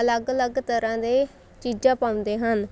ਅਲੱਗ ਅਲੱਗ ਤਰ੍ਹਾਂ ਦੇ ਚੀਜ਼ਾਂ ਪਾਉਂਦੇ ਹਨ